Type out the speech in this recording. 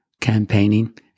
campaigning